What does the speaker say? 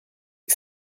que